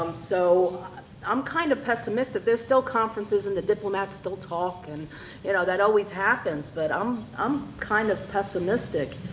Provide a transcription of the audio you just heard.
um so i'm kinda kind of pessimistic. there's still conferences and the diplomats still talk, and and that always happens, but um i'm kind of pessimistic.